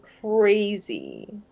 crazy